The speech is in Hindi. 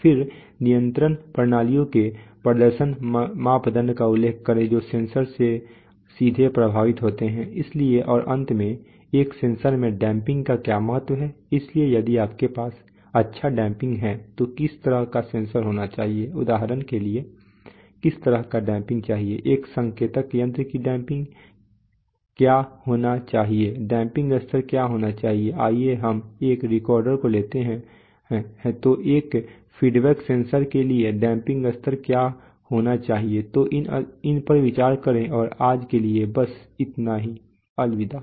फिर नियंत्रण प्रणालियों के प्रदर्शन मापदंडों का उल्लेख करें जो सेंसर से सीधे प्रभावित होते हैं इसलिए और अंत में एक सेंसर में डैंपिंग का क्या महत्व है इसलिए यदि आपके पास अच्छा डैंपिंग है तो किस तरह का सेंसर होना चाहिए उदाहरण के लिए किस तरह का डैंपिंग चाहिए एक संकेतक यंत्र की डैंपिंग क्या होना चाहिए डैंपिंग स्तर क्या होना चाहिए आइए हम एक रिकॉर्डर को लेते हैं हैं तो एक फीडबैक सेंसर के लिए डैंपिंग स्तर क्या होना चाहिए तो इन पर विचार करें और आज के लिए बस इतना ही अलविदा